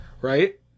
Right